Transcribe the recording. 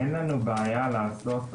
אין לנו בעיה לעשות,